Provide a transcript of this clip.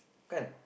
come